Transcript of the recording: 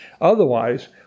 Otherwise